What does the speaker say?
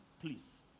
please